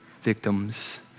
victims